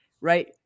right